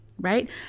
right